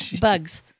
Bugs